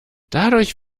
dadurch